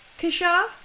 Kishar